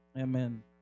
Amen